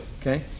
okay